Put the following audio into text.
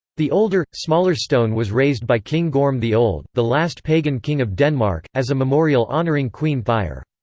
the older, smaller stone was raised by king gorm the old, the last pagan king of denmark, as a memorial honouring queen thyre.